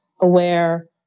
aware